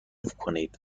کنید